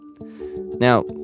Now